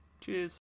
Cheers